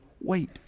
wait